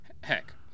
Heck